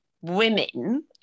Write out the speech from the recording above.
women